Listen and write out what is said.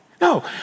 No